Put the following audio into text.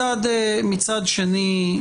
מצד שני,